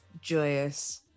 joyous